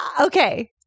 okay